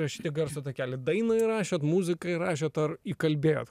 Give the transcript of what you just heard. įrašyti garso takelį dainą rašėt muziką rašėt ar įkalbėjot